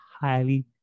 highly